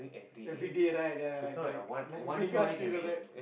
everyday right ya like like like mega serial right